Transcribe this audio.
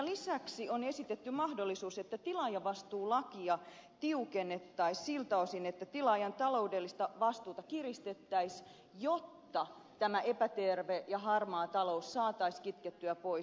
lisäksi on esitetty mahdollisuus että tilaajavastuulakia tiukennettaisiin siltä osin että tilaajan taloudellista vastuuta kiristettäisiin jotta tämä epäterve ja harmaa talous saataisiin kitkettyä pois